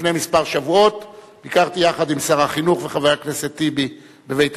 לפני כמה שבועות ביקרתי יחד עם שר החינוך וחבר הכנסת טיבי בבית-הספר,